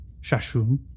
Shashun